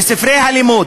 בספרי הלימוד.